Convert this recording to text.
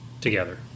together